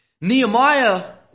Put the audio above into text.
Nehemiah